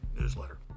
newsletter